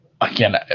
Again